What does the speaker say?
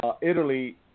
Italy